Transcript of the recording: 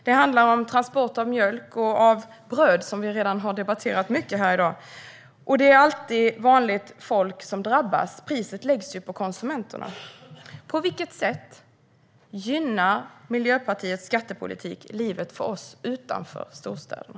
Det handlar om transport av mjölk och av bröd, som vi redan har debatterat mycket här i dag. Och det är alltid vanligt folk som drabbas; priset läggs ju på konsumenterna. På vilket sätt gynnar Miljöpartiets skattepolitik livet för oss utanför storstäderna?